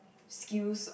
skills